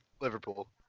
Liverpool